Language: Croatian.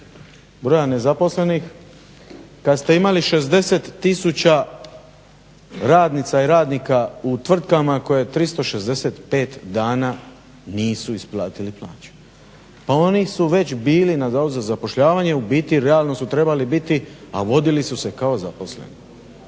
broja nezaposlenih kada ste imali 60 tisuća radnica i radnika u tvrtkama koji 365 dana nisu isplatili plaću. Pa oni su već bili na Zavodu za zapošljavanje u biti realno su trebali biti a vodili su se kao zaposleni.